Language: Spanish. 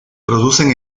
producen